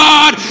God